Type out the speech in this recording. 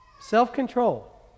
Self-control